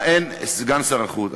סגן שר החוץ.